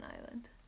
Island